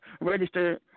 register